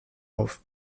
auf